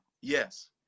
Yes